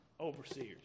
overseers